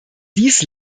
dies